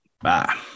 Bye